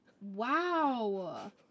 Wow